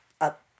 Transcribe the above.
up